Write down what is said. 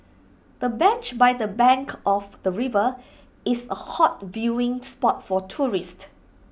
the bench by the bank of the river is A hot viewing spot for tourists